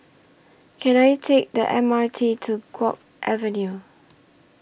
Can I Take The M R T to Guok Avenue